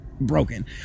broken